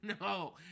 No